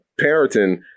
parenting